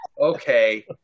Okay